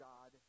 God